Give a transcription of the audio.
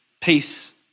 peace